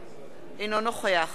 אינו נוכח מיכאל בן-ארי,